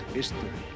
history